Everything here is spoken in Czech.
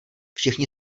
všichni